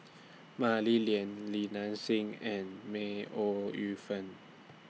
Mah Li Lian Li Nanxing and May Ooi Yu Fen